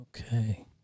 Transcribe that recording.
Okay